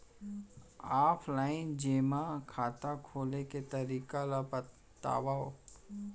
Offline जेमा खाता खोले के तरीका ल बतावव?